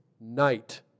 night